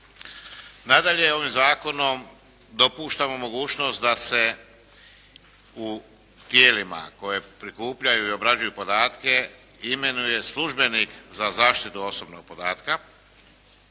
Nadalje, ovim zakonom dopuštamo mogućnost da se u tijelima koje prikupljaju i obrađuju podatke imenuje službenik za zaštitu osobnog podatka